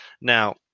Now